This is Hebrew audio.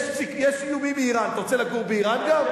יש איומים מאירן, אתה רוצה לגור באירן גם?